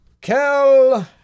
Kel